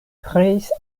kreis